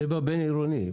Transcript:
זה בבין-עירוני.